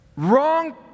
wrong